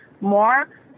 more